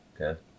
Okay